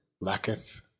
lacketh